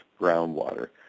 groundwater